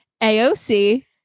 AOC